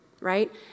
right